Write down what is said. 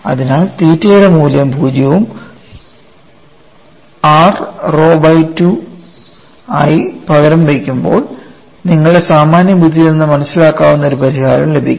അതിനാൽ തീറ്റ മൂല്യം 0 വും r റോ ബൈ 2 ആയി പകരം വയ്ക്കുമ്പോൾ നിങ്ങളുടെ സാമാന്യബുദ്ധിയിൽ നിന്ന് മനസ്സിലാക്കാവുന്ന ഒരു പരിഹാരം ലഭിക്കും